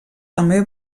també